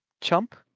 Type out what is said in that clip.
Chump